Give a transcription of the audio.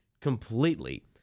completely